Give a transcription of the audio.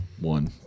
one